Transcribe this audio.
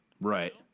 Right